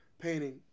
painting